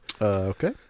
Okay